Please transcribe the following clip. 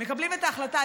מקבלים את ההחלטה.